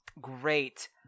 Great